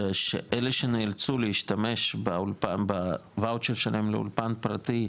שאלה שנאלצו להשתמש בוואוצ'ר שלהם לאולפן פרטי,